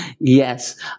Yes